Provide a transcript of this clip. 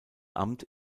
amt